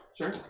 Sure